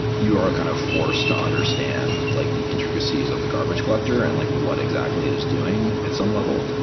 you are kind of forced to ah understand like the intricacies of the garbage collector and like what exactly it is doing at some level.